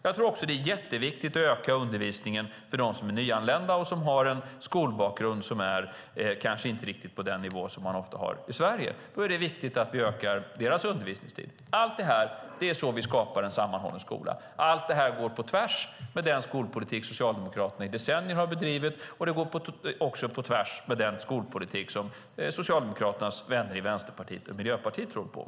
Det är också jätteviktigt att öka undervisningstiden för nyanlända som har en skolbakgrund som kanske inte riktigt är på den nivå som man ofta har i Sverige. Det är genom allt detta vi skapar en sammanhållen skola. Allt detta går på tvärs med den skolpolitik som Socialdemokraterna har bedrivit i decennier, och det går också på tvärs med den skolpolitik som Socialdemokraternas vänner Vänsterpartiet och Miljöpartiet tror på.